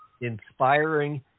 inspiring